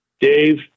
Dave